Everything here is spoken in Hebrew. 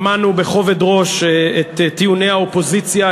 שמענו בכובד ראש את טיעוני האופוזיציה,